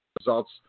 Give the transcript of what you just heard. results